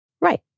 Right